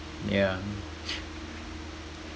yeah